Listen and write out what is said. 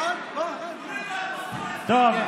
טוב,